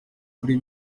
kuri